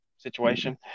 Situation